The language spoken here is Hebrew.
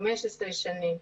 15 שנים,